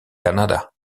canada